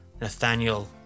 Nathaniel